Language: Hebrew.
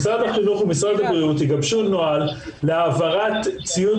"משרד החינוך ומשרד הבריאות יגבשו נוהל להעברת ציוד